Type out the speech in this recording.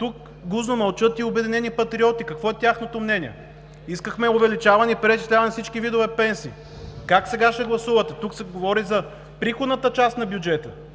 Тук гузно мълчат и „Обединени патриоти“. Какво е тяхното мнение? Искахме увеличаване и преизчисляване на всички видове пенсии. Как сега ще гласувате? Тук се говори за приходната част на бюджета